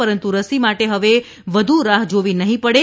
પરંતુ રસી માટે હવે વધુ રાહ્ જોવી નહીં પડે